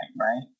right